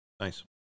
Nice